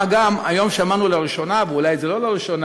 מה גם, היום שמענו לראשונה, ואולי זה לא לראשונה,